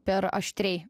per aštriai